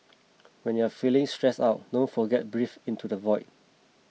when you are feeling stressed out don't forget breathe into the void